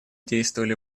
действовали